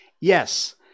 Yes